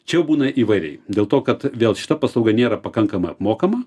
čia jau būna įvairiai dėl to kad vėl šita paslauga nėra pakankamai apmokama